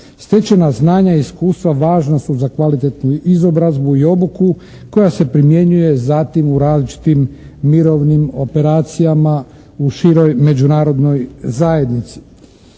Stečena znanja i iskustva važna su za kvalitetnu izobrazbu i obuku koja se primjenjuje zatim u različitim mirovnim operacijama u široj međunarodnoj zajednici.